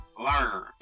learn